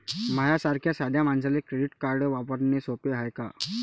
माह्या सारख्या साध्या मानसाले क्रेडिट कार्ड वापरने सोपं हाय का?